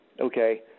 okay